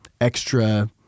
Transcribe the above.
extra